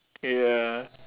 ya